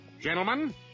Gentlemen